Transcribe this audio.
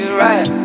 right